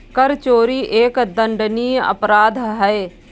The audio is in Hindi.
कर चोरी एक दंडनीय अपराध है